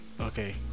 okay